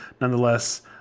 nonetheless